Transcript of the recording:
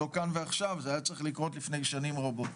לא כאן ועכשיו, זה היה צריך לקרות לפני שנים רבות.